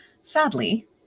sadly